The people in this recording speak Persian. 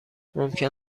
ممکن